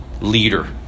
leader